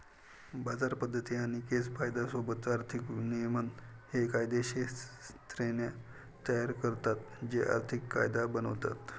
बाजार पद्धती आणि केस कायदा सोबत आर्थिक नियमन हे कायदेशीर श्रेण्या तयार करतात जे आर्थिक कायदा बनवतात